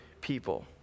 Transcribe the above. people